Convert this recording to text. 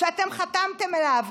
אתם חתמתם עליו,